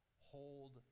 hold